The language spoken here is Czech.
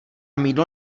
mýdlo